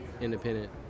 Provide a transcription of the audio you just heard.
independent